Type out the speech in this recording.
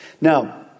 Now